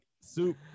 Soup